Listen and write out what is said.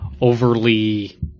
overly